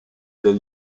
del